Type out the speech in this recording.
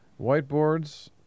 Whiteboards